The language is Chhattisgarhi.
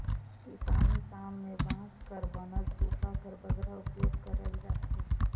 किसानी काम मे बांस कर बनल सूपा कर बगरा उपियोग करल जाथे